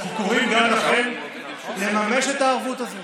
אנחנו קוראים גם לכם לממש את הערבות הזאת,